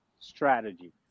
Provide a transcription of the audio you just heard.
strategy